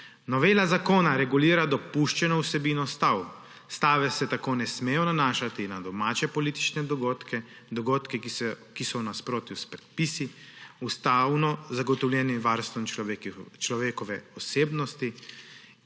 Novela zakona regulira dopuščeno vsebino stav. Stave se tako ne smejo nanašati na domače politične dogodke, dogodke, ki so v nasprotju s predpisi, ustavno zagotovljenim varstvom človekove osebnosti,